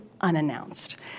unannounced